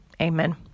Amen